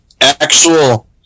Actual